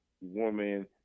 woman